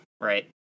right